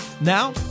Now